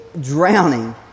drowning